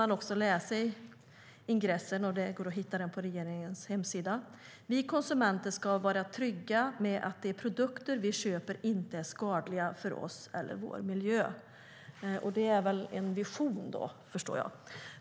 Man kunde läsa i ingressen, och det går att hitta på regeringens hemsida, att vi konsumenter ska vara trygga med att de produkter vi köper inte är skadliga för oss eller vår miljö. Det är väl en vision, förstår jag.